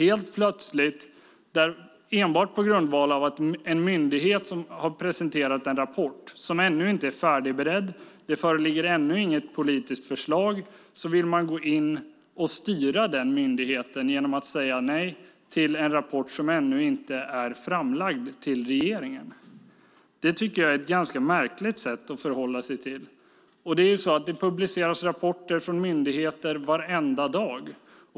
Enbart på grundval av att en myndighet presenterat en rapport, som ännu inte är färdigberedd - det föreligger ännu inget politiskt förslag - vill man gå in och styra den myndigheten. Man vill alltså säga nej till en rapport som ännu inte är framlagd för regeringen. Det tycker jag är ett ganska märkligt förhållningssätt. Det publiceras rapporter från myndigheter varenda dag.